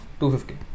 250